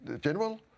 general